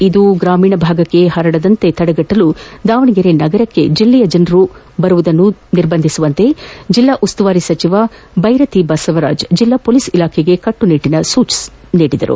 ಇದು ಗ್ರಾಮೀಣ ಭಾಗಕ್ಷೆ ಹಬ್ಬದಂತೆ ತಡೆಗಟ್ಟಲು ದಾವಣಗೆರೆ ನಗರಕ್ಕೆ ಜಲ್ಲೆಯ ಜನರು ನಗರಕ್ಷೆ ಬರುವುದನ್ನು ನಿರ್ಬಂದಿಸುವಂತೆ ದಾವಣಗೆರೆ ಜಿಲ್ಲಾ ಉಸ್ತುವಾರಿ ಸಚಿವ ಭೈರತಿ ಬಸವರಾಜ್ ಜಿಲ್ಲಾ ಪೊಲೀಸ್ ಇಲಾಖೆಗೆ ಕಟ್ಟುನಿಟ್ಟಿನ ಸೂಚನೆ ನೀಡಿದ್ದಾರೆ